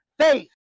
Faith